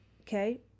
okay